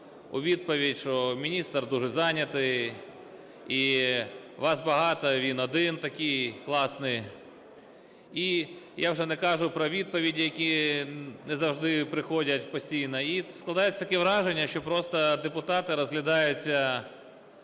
у відповідь, що міністр дуже зайнятий і "вас багато, а він один", такий класний. І я вже не кажу про відповіді, які не завжди приходять постійно. І складається таке враження, що просто депутати розглядаються